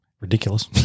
ridiculous